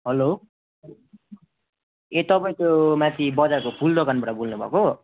hello ए तपाईँ त्यो माथि बजारको फुल दोकानबाट बोल्नु भएको